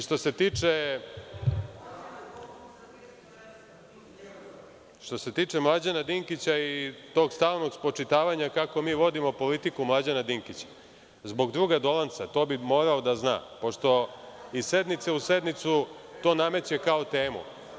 Što se tiče Mlađana Dinkića i tog stalnog spočitavanja kako vi vodimo politiku Mlađana Dinkića, zbog druga Dolanca, to bi morao da zna, pošto iz sednice u sednicu, to nameće kao temu.